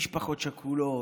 משפחות שכולות,